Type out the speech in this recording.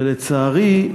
ולצערי,